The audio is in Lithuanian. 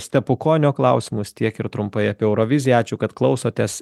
stepukonio klausimus tiek ir trumpai apie euroviziją ačiū kad klausotės